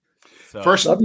First